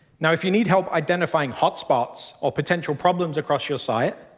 now, if you need help identifying hotspots or potential problems across your site,